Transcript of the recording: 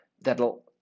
that'll